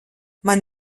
man